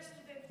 יותר סטודנטיות.